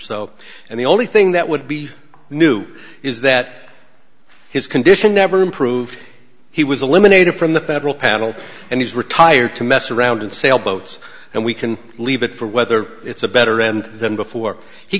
so and the only thing that would be new is that his condition never improved he was eliminated from the federal panel and he's retired to mess around in sailboats and we can leave it for whether it's a better end than before he